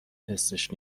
حسش